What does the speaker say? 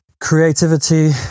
creativity